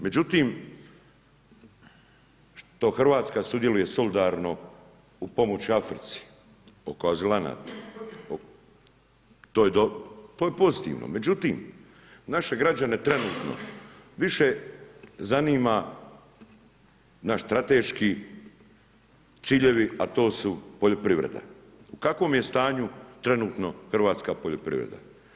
Međutim, što Hrvatska sudjeluje solidarno u pomoć Africi oko azilanata to je pozitivno, međutim naše građane trenutno više zanima naš strateški ciljevi, a to su poljoprivreda u kakvom je stanju trenutno hrvatska poljoprivreda.